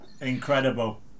incredible